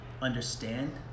understand